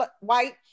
white